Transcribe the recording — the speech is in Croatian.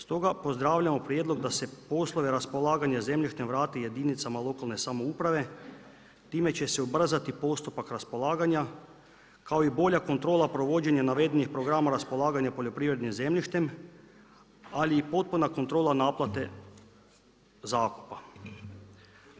Stoga pozdravljamo prijedlog da se poslovi raspolaganja zemljištem jedinicama lokalne samouprave time će se ubrzati postupak raspolaganja kao i bolja kontrola provođenja navedenih programa raspolaganja poljoprivrednim zemljištem, ali i potpuna kontrola naplate zakupa.